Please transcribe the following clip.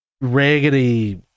raggedy